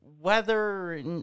weather